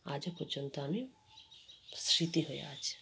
আজও পর্যন্ত আমি স্মৃতি হয়ে আছে